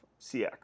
CX